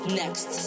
next